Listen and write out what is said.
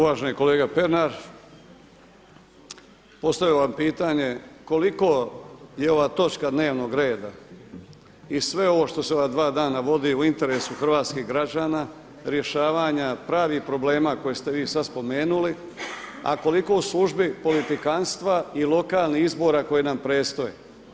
Uvaženi kolega Pernar, postavio bi vam pitanje, koliko je ova točka dnevnog reda i sve ovo što se u ova dva dana vodi u interesu hrvatskih građana rješavanja pravih problema koje ste vi sada spomenuli, a koliko u službi politikantstva i lokalnih izbora koje nam predstoje?